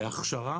בהכשרה